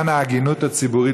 למען ההגינות הציבורית,